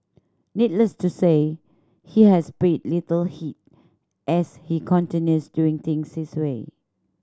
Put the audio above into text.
needless to say he has paid little heed as he continues doing things this way